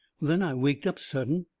then i waked up sudden,